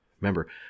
Remember